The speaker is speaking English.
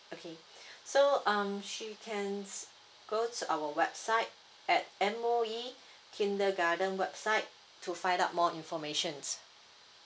okay so um she can go to our website at M_O_E kindergarten website to find out more information